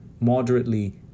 Moderately